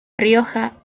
rioja